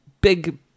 big